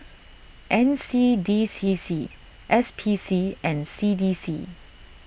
N C D C C S P C and C D C